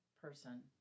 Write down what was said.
person